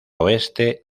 oeste